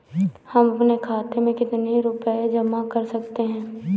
हम अपने खाते में कितनी रूपए जमा कर सकते हैं?